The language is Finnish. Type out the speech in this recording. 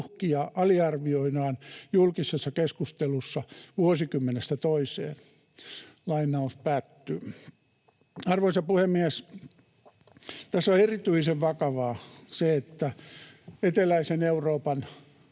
aliarvioidaan julkisessa keskustelussa vuosikymmenestä toiseen." Arvoisa puhemies! Tässä on erityisen vakavaa se, että eteläisen Euroopan